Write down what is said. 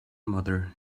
mother